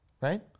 right